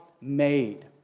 made